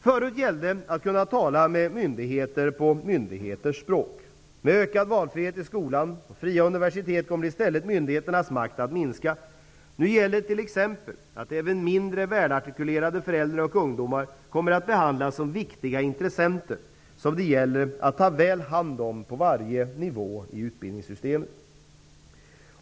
Förut gällde att kunna tala med myndigheter på myndigheters språk. Med ökad valfrihet i skolan och fria universitet kommer i stället myndigheternas makt att minska. Nu gäller t.ex. att även mindre välartikulerade föräldrar och ungdomar kommer att behandlas som viktiga intressenter som det gäller att ta väl hand om på varje nivå i utbildningssystemet.